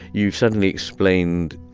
you've suddenly explained,